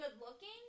good-looking